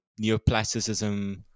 neoplasticism